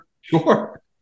Sure